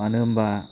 मानो होनबा